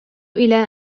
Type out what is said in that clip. إلى